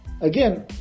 again